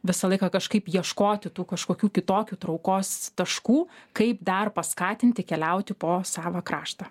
visą laiką kažkaip ieškoti tų kažkokių kitokių traukos taškų kaip dar paskatinti keliauti po savą kraštą